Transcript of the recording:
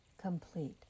complete